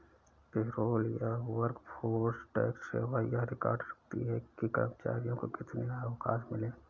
payroll या workforce tax सेवा यह रिकॉर्ड रखती है कि कर्मचारियों को कितने अवकाश मिले